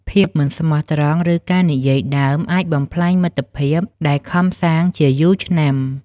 ភាពមិនស្មោះត្រង់ ឬការនិយាយដើមអាចបំផ្លាញមិត្តភាពដែលខំសាងជាយូរឆ្នាំ។